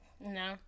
No